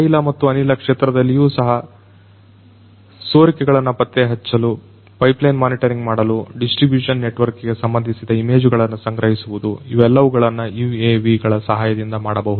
ತೈಲ ಮತ್ತು ಅನಿಲ ಕ್ಷೇತ್ರಗಳಲ್ಲಿಯೂ ಸಹ ಸುರಿಕೆಗಳನ್ನು ಪತ್ತೆ ಹಚ್ಚಲು ಪೈಪ್ಲೈನ್ ಮಾನಿಟರಿಂಗ್ ಮಾಡಲು ಡಿಸ್ಟ್ರಿಬ್ಯೂಷನ್ ನೆಟ್ವರ್ಕ್ ಗೆ ಸಂಬಂಧಿಸಿದ ಇಮೇಜುಗಳನ್ನು ಸಂಗ್ರಹಿಸುವುದು ಇವೆಲ್ಲವುಗಳನ್ನು UAV ಗಳ ಸಹಾಯದಿಂದ ಮಾಡಬಹುದು